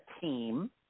team